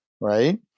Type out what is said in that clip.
right